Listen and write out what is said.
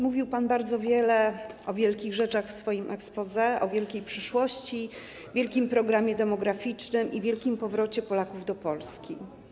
Mówił pan bardzo wiele o wielkich rzeczach w swoim exposé: o wielkiej przyszłości, wielkim programie demograficznym i wielkim powrocie Polaków do Polski.